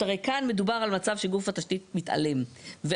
הרי,